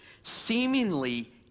seemingly